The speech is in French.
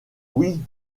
oui